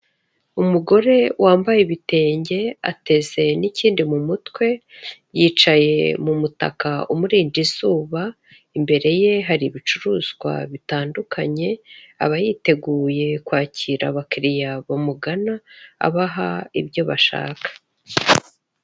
Umugore wambaye ibitenge, ateze n'ikindi mu mutwe, yicaye mu mutaka umuririnda izuba, imbere ye hari ibicuruzwa bitandukanye, aba yiteguye kwakira abakiriya bamugana, abaha ibyo bashaka.